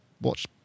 watch